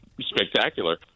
spectacular